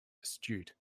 astute